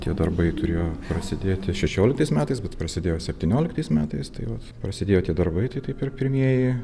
tie darbai turėjo prasidėti šešioliktais metais bet prasidėjo septynioliktais metais tai vat prasidėjo tie darbai tai taip ir pirmieji